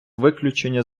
виключення